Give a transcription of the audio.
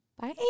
Bye